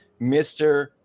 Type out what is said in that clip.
Mr